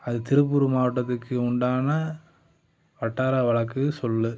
அது திருப்பூர் மாவட்டத்துக்கு உண்டான வட்டார வழக்கு சொல்